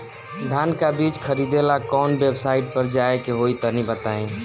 धान का बीज खरीदे ला काउन वेबसाइट पर जाए के होई तनि बताई?